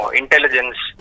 intelligence